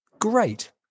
great